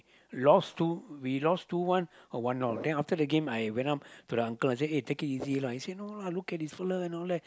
lost two we lost two one or one all then after the game I went up to the uncle I said eh take it easy lah he said no lah look at this fella and all that